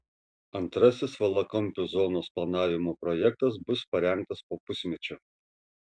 antrasis valakampių zonos planavimo projektas bus parengtas po pusmečio